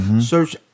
Search